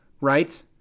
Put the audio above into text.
right